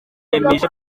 yemeje